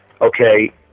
Okay